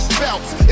belts